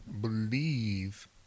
believe